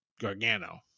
Gargano